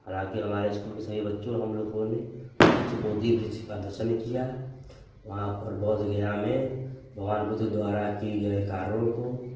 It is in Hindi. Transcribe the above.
हालाँकि हमारे इस्कूल के सभी बच्चों हमलोगों ने उस बोधि वृक्ष का दर्शन किया है वहाँ पर बोधगया में भगवान बुद्ध द्वारा किए गए कार्यों को